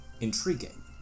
Intriguing